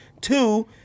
Two